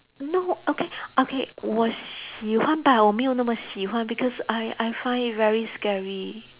no okay okay 我喜欢 but 我没有那么喜欢 because I I find it very scary